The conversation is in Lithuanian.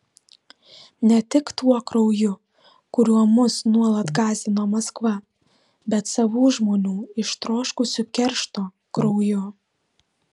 ne tik tuo krauju kuriuo mus nuolat gąsdino maskva bet savų žmonių ištroškusių keršto krauju